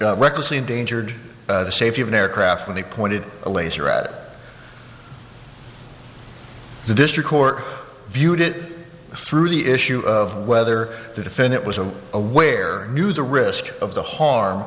with recklessly endangered the safety of an aircraft when he pointed a laser at the district court viewed it through the issue of whether to defend it was a aware knew the risk of the harm